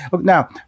Now